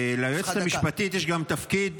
ליועצת המשפטית יש גם תפקיד